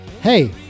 hey